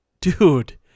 dude